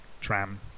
tram